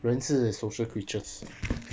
人是 social creatures